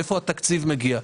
מאיפה התקציב מגיע.